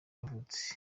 yavutse